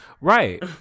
Right